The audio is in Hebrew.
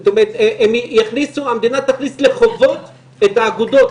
זאת אומרת המדינה תכניס לחובות את האגודות.